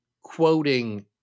quoting